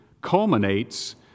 culminates